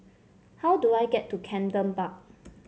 how do I get to Camden Park